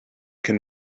can